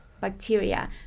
bacteria